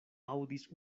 aŭdis